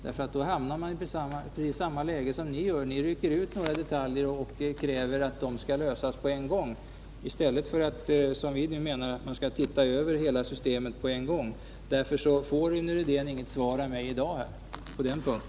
Då skulle jag nämligen hamna i samma läge som ni. Ni rycker ut några detaljer och kräver att de problemen skall lösas på en gång. Vi menar att man bör se över hela systemet i ett sammanhang. Därför får inte Rune Rydén i dag något svar av mig på denna punkt.